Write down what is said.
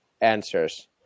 answers